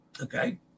Okay